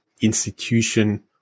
institution